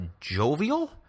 jovial